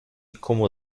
como